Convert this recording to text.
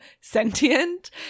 sentient